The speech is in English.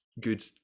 good